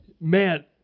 man